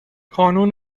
کانون